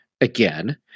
again